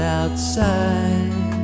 outside